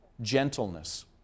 Gentleness